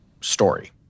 story